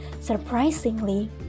Surprisingly